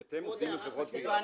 כי אתם עובדים עם חברות גבייה והם לא.